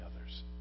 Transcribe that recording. others